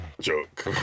joke